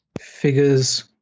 figures